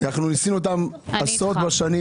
עשרות בשנים